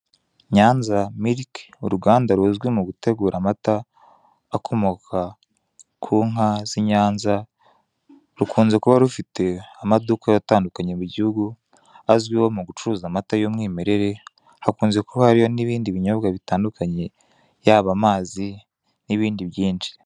Nyanza miriki uruganda runzwi mugutegura amata akomoka ku nka z'inyanza, rukunze kuba rufite amaduka atandukanye mu gihugu azwiho mugucuruza amata y'umwimerere. Hakunze kuba hariyo n'ibindi binyobwa bitandukanye yaba amazi n'ibindi byinshi.